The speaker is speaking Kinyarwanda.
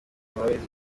murabizi